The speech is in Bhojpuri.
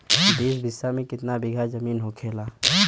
बीस बिस्सा में कितना बिघा जमीन होखेला?